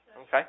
Okay